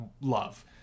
love